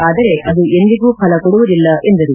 ಅದರೆ ಅದುಎಂದಿಗೂ ಫಲಕೊಡುವುದಿಲ್ಲ ಎಂದರು